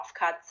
offcuts